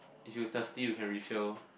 if you thirsty you can refill